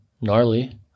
gnarly